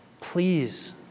please